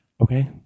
Okay